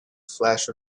flash